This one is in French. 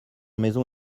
maison